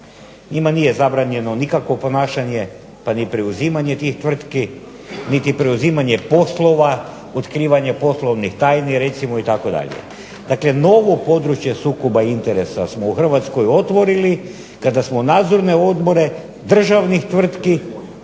Njima nije zabranjeno nikakvo ponašanje, pa ni preuzimanje tih tvrtki, niti preuzimanje poslova, otkrivanja poslovnih tajni recimo itd. Dakle, novo područje sukoba interesa smo u Hrvatskoj otvorili kada smo nadzorne odbore državnih tvrtki,